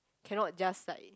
cannot just like